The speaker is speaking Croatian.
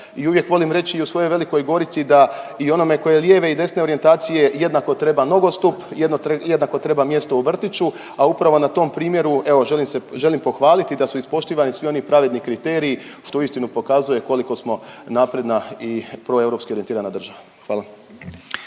i uvijek volim reći i u svojoj Velikoj Gorici da i onome ko je lijeve i desne orijentacije jednako treba nogostup, jednako treba mjesto u vrtiću, a upravo na tom primjeru evo želim se, želim pohvaliti da su ispoštivani svi oni pravedni kriteriji što uistinu pokazuje koliko smo napredna i proeuropski orijentirana država, hvala.